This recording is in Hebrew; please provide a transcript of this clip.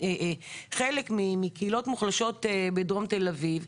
כחלק מקהילות מוחלשות בדרום תל אביב,